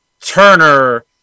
Turner